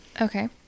Okay